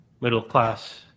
middle-class